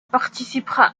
participera